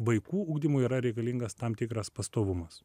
vaikų ugdymui yra reikalingas tam tikras pastovumas